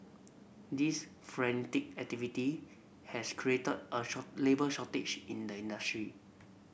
this frenetic activity has created a labour shortage in the industry